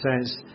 says